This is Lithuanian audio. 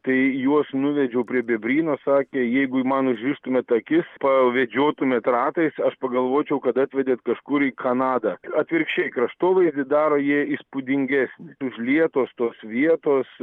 tai juos nuvedžiau prie bebryno sakė jeigu man užrištumėt akis pavedžiotumėt ratais aš pagalvočiau kad atvedėt kažkur į kanadą atvirkščiai kraštovaizdį daro jie įspūdingesnį užlietos tos vietos